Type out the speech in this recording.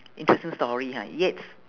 interesting story ha yet